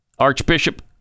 Archbishop